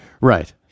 Right